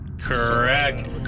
correct